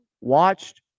watched